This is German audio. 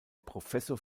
professor